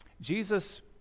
Jesus